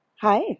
Hi